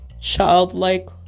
childlike